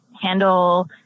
handle